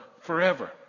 forever